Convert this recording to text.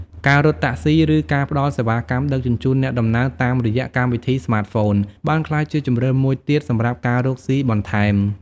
ការរត់តាក់ស៊ី ឬ ការផ្តល់សេវាកម្មដឹកជញ្ជូនអ្នកដំណើរតាមរយៈកម្មវិធីស្មាតហ្វូនបានក្លាយជាជម្រើសមួយទៀតសម្រាប់ការរកស៊ីបន្ថែម។